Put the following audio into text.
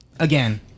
Again